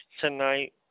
tonight